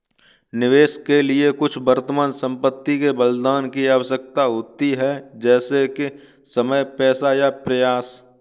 निवेश के लिए कुछ वर्तमान संपत्ति के बलिदान की आवश्यकता होती है जैसे कि समय पैसा या प्रयास